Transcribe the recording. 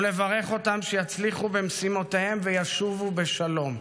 ולברך אותם שיצליחו במשימותיהם וישובו בשלום.